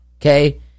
okay